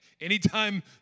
anytime